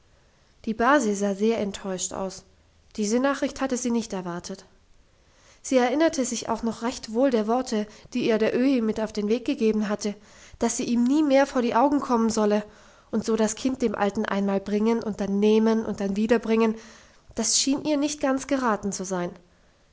die base sah sehr enttäuscht aus diese nachricht hatte sie nicht erwartet sie erinnerte sich auch noch recht wohl der worte die ihr der öhi mit auf den weg gegeben hatte dass sie ihm nie mehr vor die augen kommen solle und so das kind dem alten einmal bringen und dann nehmen und dann wiederbringen das schien ihr nicht ganz geraten zu sein